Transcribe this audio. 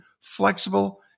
flexible